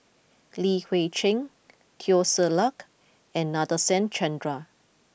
Li Hui Cheng Teo Ser Luck and Nadasen Chandra